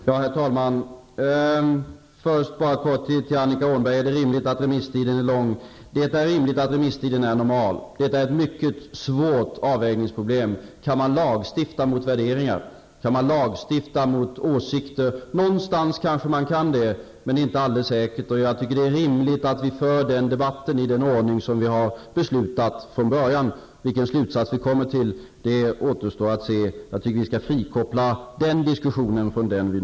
Herr talman! Först helt kort till Annika Åhnberg som frågade: Är det rimligt att remisstiden är lång? Det är rimligt att remisstiden är normal. Det är ett mycket svårt avvägningsproblem. Kan man lagstifta mot värderingar, kan man lagstifta mot åsikter? Någonstans kanske man kan det, men det är inte alldeles säkert. Jag tycker att det är rimligt att vi för debatten i den ordning som vi har beslutat från början. Det återstår att se vilken slutsats vi kommer till. Jag tycker att vi skall frikoppla den diskussionen från den här.